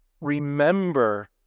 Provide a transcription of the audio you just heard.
Remember